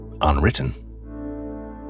unwritten